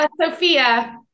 Sophia